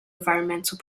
environmental